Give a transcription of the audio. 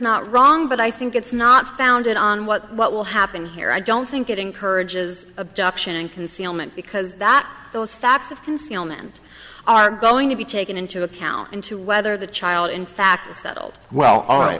not wrong but i think it's not founded on what what will happen here i don't think it encourages abduction and concealment because that those facts of concealment are going to be taken into account into whether the child in fact is that old well all right